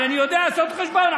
אבל אני יודע לעשות חשבון,